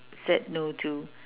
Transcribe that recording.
said no to